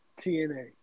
TNA